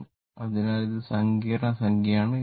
ആണ് അതിനാൽ ഇത് സങ്കീർണ്ണ സംഖ്യയാണ്